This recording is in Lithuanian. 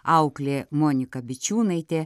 auklė monika bičiūnaitė